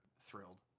thrilled